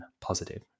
positive